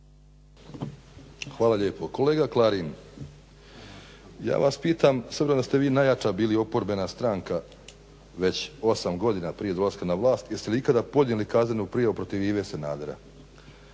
Hvala lijepo. Kolega Klarin, ja vas pitam s obzirom da ste vi najjača bili oporbena stranka već 8 godina prije dolaska na vlast, jeste li ikada podnijeli kaznenu prijavu protiv Ive Sanadera?